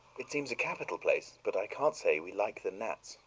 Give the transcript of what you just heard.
it seems a capital place, but i can't say we like the gnats,